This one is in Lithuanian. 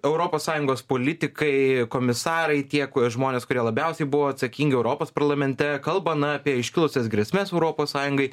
europos sąjungos politikai komisarai tiek žmonės kurie labiausiai buvo atsakingi europos parlamente kalba na apie iškilusias grėsmes europos sąjungai